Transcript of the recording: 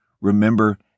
remember